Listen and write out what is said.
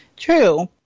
True